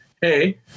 hey